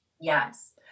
Yes